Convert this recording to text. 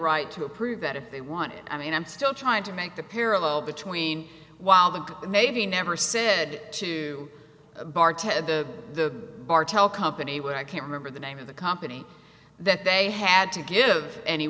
right to approve that if they want it i mean i'm still trying to make the parallel between while the guy maybe never said to the bar to the bar tell company where i can't remember the name of the company that they had to give any